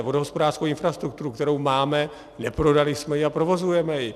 Vodohospodářskou infrastrukturu, kterou máme, neprodali jsme ji a provozujeme ji.